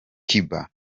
cuba